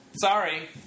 Sorry